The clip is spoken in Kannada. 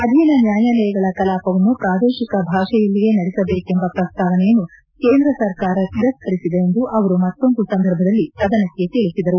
ಅಧೀನ ನ್ಹಾಯಾಲಯಗಳ ಕಲಾಪವನ್ನ ಪ್ರಾದೇಶಿಕ ಭಾಷೆಯಲ್ಲಿಯೇ ನಡೆಸಬೇಕೆಂದು ಪ್ರಸ್ತಾವನೆಯನ್ನು ಕೇಂದ್ರ ಸರ್ಕಾರ ತಿರಸ್ತರಿಸಿದೆ ಎಂದು ಅವರು ಮತ್ತೊಂದು ಸಂದರ್ಭದಲ್ಲಿ ಸದನಕ್ಕೆ ತಿಳಿಸಿದರು